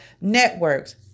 networks